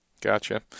Gotcha